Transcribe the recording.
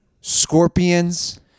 Scorpions